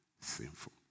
Sinful